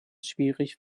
schwierig